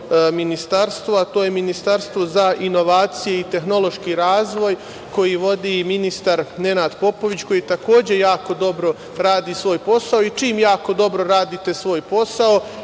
Ministarstvo, a to je Ministarstvo za inovacije i tehnološki razvoj koji vodi ministar Nenad Popović, koji takođe jako dobro radi svoj posao. I, čim jako dobro radite svoj posao,